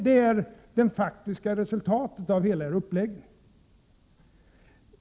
Detta är det faktiska resultatet av hela er uppläggning.